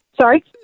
Sorry